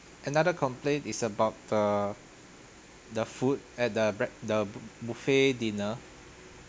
another complaint is about err the food at the break~ the b~ buffet dinner